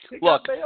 look